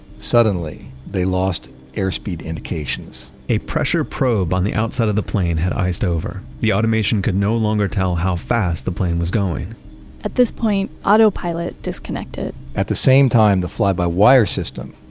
suddenly they lost airspeed indications a pressure probe on the outside of the plane had iced over. the automation could no longer tell how fast the plane was going at this point autopilot disconnected at the same time the fly-by-wire system